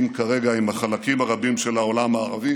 כרגע עם החלקים הרבים של העולם הערבי.